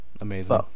Amazing